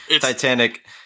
Titanic